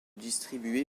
distribuer